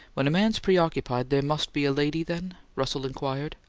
when a man's preoccupied there must be a lady then? russell inquired.